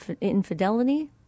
infidelity